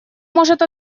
может